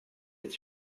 est